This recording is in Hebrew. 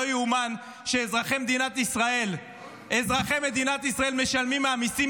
לא ייאמן שאזרחי מדינת ישראל משלמים מהמיסים